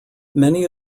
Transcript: many